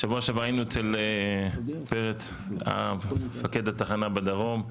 בשבוע שעבר היינו אצל פרץ, מפקד התחנה בדרום,